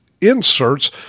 inserts